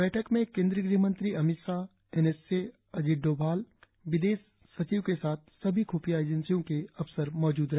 बैठक में केंद्रीय ग़ह मंत्री Amit Shah N S A Ajit Doval विदेश सचिव के साथ सभी ख्पिया एजेंदियों के अफसर मौजूद रहे